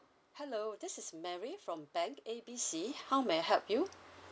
hello this is mary from bank A B C how may I help you